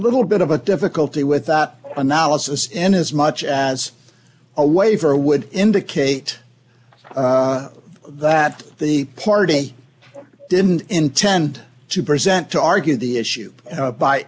little bit of a difficulty with that analysis and as much as a waiver would indicate that the party didn't intend to present to argue the issue